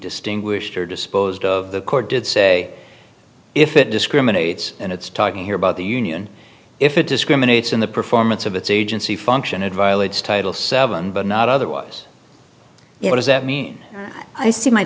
distinguished or disposed of the court did say if it discriminates and it's talking here about the union if it discriminates in the performance of its agency function of violets title seven but not otherwise what does that mean i see my